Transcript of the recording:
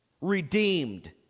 redeemed